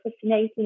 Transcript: fascinating